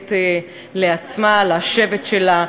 דואגת לעצמה, לשבט שלה.